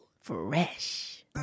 Fresh